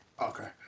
Okay